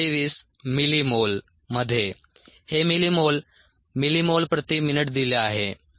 23 millimole मध्ये हे millimole millimole प्रति मिनिट दिले आहे